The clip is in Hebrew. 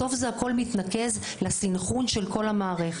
בסוף זה הכול מתנקז לסנכרון של כל המערכת.